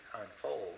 unfold